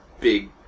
big